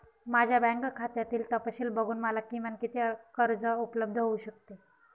माझ्या बँक खात्यातील तपशील बघून मला किमान किती कर्ज उपलब्ध होऊ शकते?